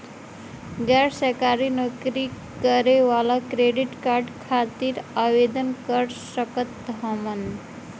गैर सरकारी नौकरी करें वाला क्रेडिट कार्ड खातिर आवेदन कर सकत हवन?